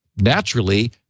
Naturally